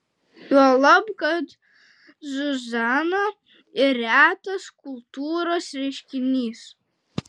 juolab kad zuzana ir retas kultūros reiškinys